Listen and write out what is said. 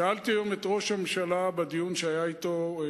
שאלתי היום את ראש הממשלה בדיון שהיה אתו.